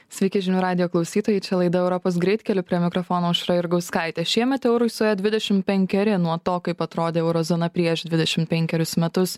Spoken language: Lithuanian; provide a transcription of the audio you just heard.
sveiki žinių radijo klausytojai čia laida europos greitkeliu prie mikrofono aušra jurgauskaitė šiemet eurui suėjo dvidešimt penkeri nuo to kaip atrodė euro zona prieš dvidešimt penkerius metus